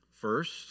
First